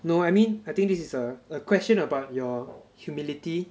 no I mean I think this is a question about your humility